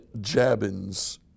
Jabin's